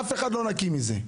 אף אחד לא נקי מזה.